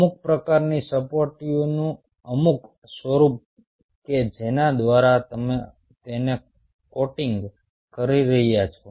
અમુક પ્રકારની સપાટીઓનું અમુક સ્વરૂપ કે જેના દ્વારા તમે તેને કોટિંગ કરી રહ્યા છો